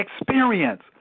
experience